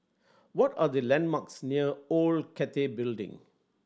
what are the landmarks near Old Cathay Building